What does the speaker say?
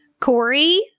Corey